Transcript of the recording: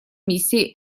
миссии